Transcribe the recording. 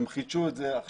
הם חידשו את זה עכשיו,